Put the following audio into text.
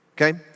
Okay